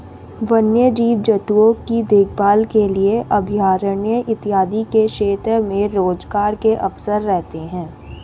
वन्य जीव जंतुओं की देखभाल के लिए अभयारण्य इत्यादि के क्षेत्र में रोजगार के अवसर रहते हैं